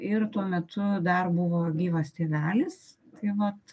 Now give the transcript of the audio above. ir tuo metu dar buvo gyvas tėvelis tai vat